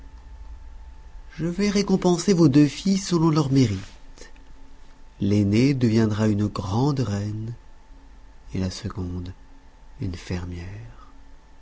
je vais récompenser vos deux filles selon leur mérite l'aînée deviendra une grande reine et la seconde une fermière